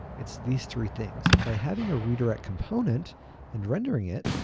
it's these three things. and by having a redirect component and rendering it,